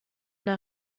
der